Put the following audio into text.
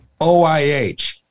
OIH